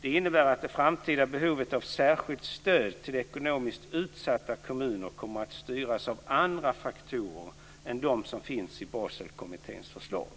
Det innebär att det framtida behovet av särskilt stöd till ekonomiskt utsatta kommuner kommer att styras av andra faktorer än de som finns i Baselkommitténs förslag.